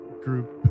group